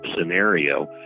scenario